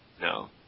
No